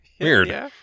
Weird